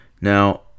now